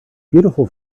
beautiful